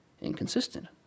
inconsistent